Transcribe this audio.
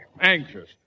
anxious